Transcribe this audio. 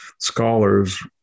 scholars